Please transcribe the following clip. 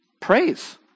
Praise